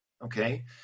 Okay